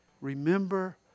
Remember